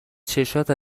چشات